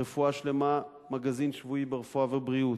"רפואה שלמה" מגזין שבועי ברפואה ובריאות,